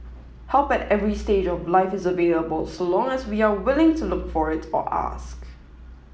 help at every stage of life is available so long as we are willing to look for it or ask